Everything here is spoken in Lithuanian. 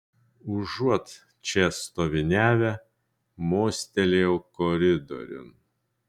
užuot čia stoviniavę mostelėjau koridoriun